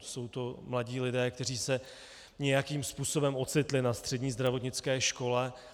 Jsou to mladí lidé, kteří se nějakým způsobem ocitli na střední zdravotnické škole.